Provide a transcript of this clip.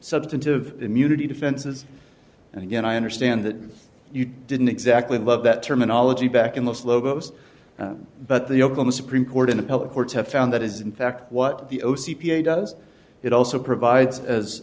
substantive immunity defenses and again i understand that you didn't exactly love that terminology back in those logos but the over the supreme court in appellate courts have found that is in fact what the o c p a does it also provides as